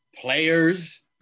players